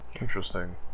Interesting